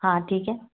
हाँ ठीक है